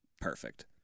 perfect